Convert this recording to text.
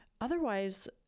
Otherwise